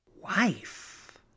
Wife